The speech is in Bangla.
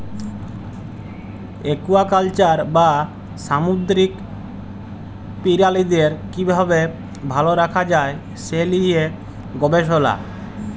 একুয়াকালচার বা সামুদ্দিরিক পিরালিদের কিভাবে ভাল রাখা যায় সে লিয়ে গবেসলা